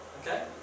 Okay